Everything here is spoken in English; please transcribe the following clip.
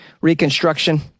reconstruction